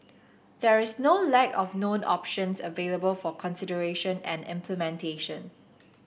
there is no lack of known options available for consideration and implementation